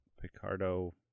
Picardo